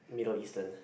Middle Eastern